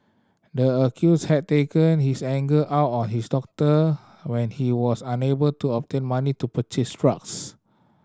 the accused had taken his anger out on his daughter when he was unable to obtain money to purchase drugs